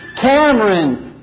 Cameron